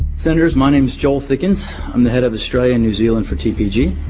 senators, my name is joel thickens, i'm the head of australia and new zealand for tpg.